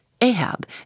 Ahab